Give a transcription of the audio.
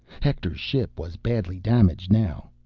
hector's ship was badly damaged now.